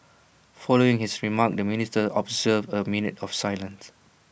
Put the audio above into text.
following his remarks the ministers observed A minute of silence